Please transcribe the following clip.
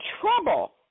trouble